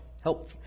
help